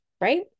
right